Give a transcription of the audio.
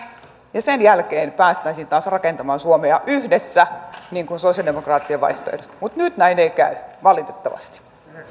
ja sen jälkeen päästäisiin taas rakentamaan suomea yhdessä niin kuin sosialidemokraattien vaihtoehdossa mutta nyt näin ei käy valitettavasti